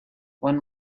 one